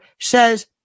says